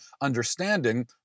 understanding